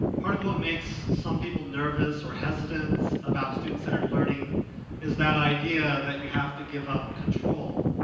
part of what makes some people nervous or hesitant about student-centered learning is that idea that you have to give up control.